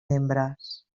membres